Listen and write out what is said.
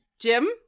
Jim